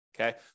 Okay